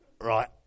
Right